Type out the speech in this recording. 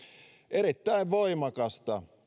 erittäin voimakasta